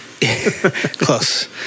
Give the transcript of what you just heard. Close